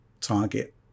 target